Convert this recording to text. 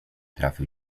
trafił